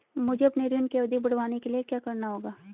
मुझे अपने ऋण की अवधि बढ़वाने के लिए क्या करना होगा?